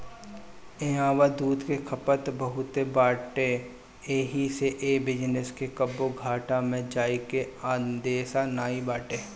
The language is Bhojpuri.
इहवा दूध के खपत बहुते बाटे एही से ए बिजनेस के कबो घाटा में जाए के अंदेशा नाई बाटे